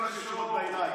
תביטו על משפחות נפגעי הטרור,